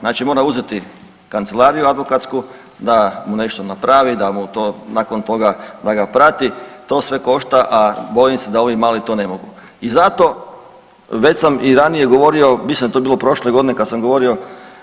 Znači mora uzeti kancelariju advokatsku da mu nešto napravi, da mu to nakon toga da ga prati, to sve košta a bojim se da ovi mali to ne mogu i zato već sam i ranije govorio, mislim da je to bilo prošče godine kad sam govorio